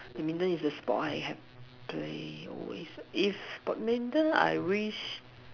badminton is a sport I have play always if badminton I wish